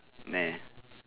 no